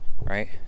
right